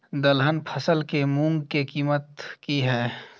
दलहन फसल के मूँग के कीमत की हय?